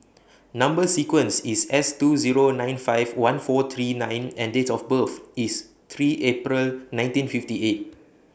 Number sequence IS S two Zero nine five one four three nine N and Date of birth IS three April nineteen fifty eight